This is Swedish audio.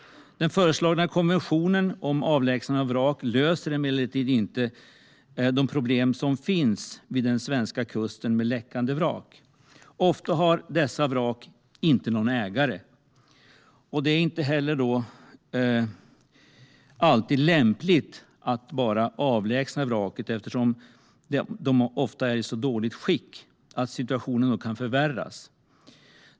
Den föreslagna konventionen om avlägsnande av vrak löser emellertid inte de problem som finns vid den svenska kusten med läckande vrak. Ofta har dessa vrak inte någon ägare. Det är då inte alltid lämpligt att bara avlägsna vraken, eftersom de ofta är i så dåligt skick att situationen då kan förvärras.